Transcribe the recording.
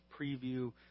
preview